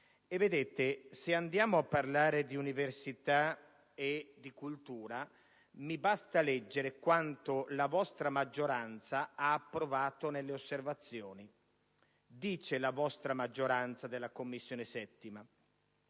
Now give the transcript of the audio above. emergere? Se si vuole parlare di università e di cultura, mi basta leggere quanto la vostra maggioranza ha approvato nelle osservazioni. Secondo la maggioranza della Commissione pubblica